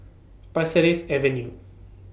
Pasir Ris Avenue